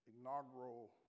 inaugural